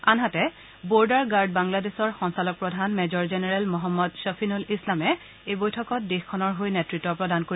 আনহাতে border guard বাংলাদেশৰ সঞ্চালক প্ৰধান মেজৰ জেনেৰল মহম্মদ খফিনুল ইছলামে বৈঠকত দেশখনৰ হৈ নেতত্ব প্ৰদান কৰিব